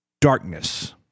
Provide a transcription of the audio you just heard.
darkness